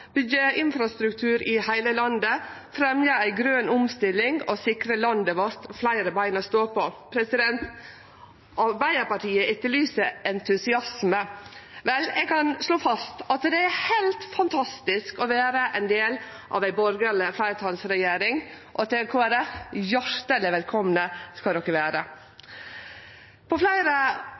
byggje infrastruktur i heile landet, fremje ei grøn omstilling og sikre landet vårt fleire bein å stå på. Arbeidarpartiet etterlyser entusiasme. Vel, eg kan slå fast at det er heilt fantastisk å vere del av ei borgarleg fleirtalsregjering, og til Kristeleg Folkeparti: Hjarteleg velkomne skal de vere! På fleire